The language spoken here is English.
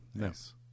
yes